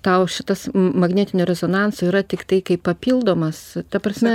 tau šitas magnetinio rezonanso yra tiktai kaip papildomas ta prasme